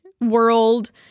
world